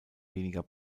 weniger